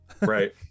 Right